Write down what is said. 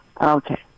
Okay